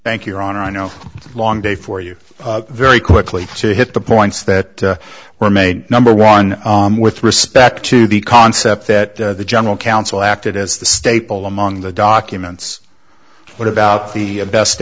thank you ron i know a long day for you very quickly to hit the points that we're made number one with respect to the concept that the general council acted as the staple among the documents what about the best